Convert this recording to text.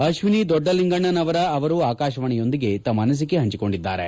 ಅಶ್ವಿನಿ ದೊಡ್ಡಲಿಂಗಣ್ಣನವರ ಅವರು ಆಕಾಶವಾಣಿಯೊಂದಿಗೆ ತಮ್ಮ ಅನಿಸಿಕೆ ಹಂಚಿಕೊಂಡಿದ್ದಾರೆ